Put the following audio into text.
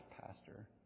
pastor